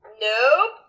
Nope